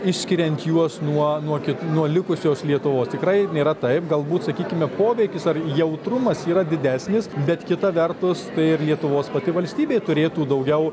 išskiriant juos nuo nuo ki nuo likusios lietuvos tikrai nėra taip galbūt sakykime poveikis ar jautrumas yra didesnis bet kita vertus tai ir lietuvos pati valstybė turėtų daugiau